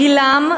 גילם,